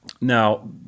Now